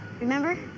Remember